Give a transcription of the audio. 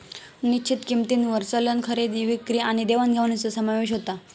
निश्चित किंमतींवर चलन खरेदी विक्री आणि देवाण घेवाणीचो समावेश होता